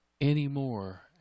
anymore